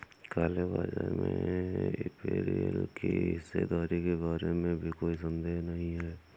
काले बाजार में इंपीरियल की हिस्सेदारी के बारे में भी कोई संदेह नहीं है